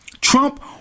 Trump